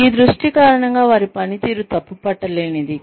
ఈ దృష్టి కారణంగా వారి పనితీరు తప్పుపట్టలేనిది